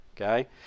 okay